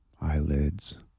eyelids